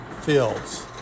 fields